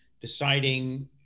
deciding